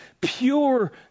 pure